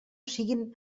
siguin